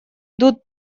идут